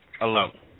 alone